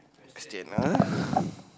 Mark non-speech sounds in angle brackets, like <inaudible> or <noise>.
question ah <breath>